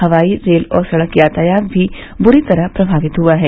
हवाई रेल और सड़क यातायात भी बुरी तरह प्रमावित हुआ है